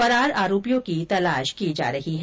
फरार आरोपियों की तलाश की जा रही है